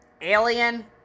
Alien